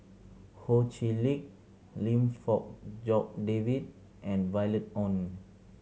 Ho Chee Lick Lim Fong Jock David and Violet Oon